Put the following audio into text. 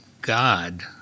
God